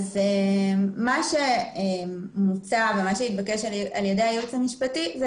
מה שמוצע ומה שהתבקש על ידי הייעוץ המשפטי זה